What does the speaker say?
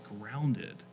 grounded